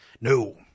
No